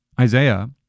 Isaiah